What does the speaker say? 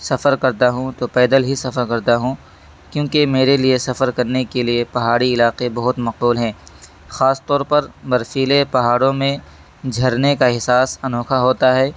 سفر کرتا ہوں تو پیدل ہی سفر کرتا ہوں کیوںکہ میرے لیے سفر کرنے کے لیے پہاڑی علاقے بہت معقول ہیں خاص طور پر برفیلے پہاڑوں میں جھرنے کا احساس انوکھا ہوتا ہے